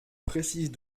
précise